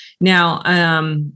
Now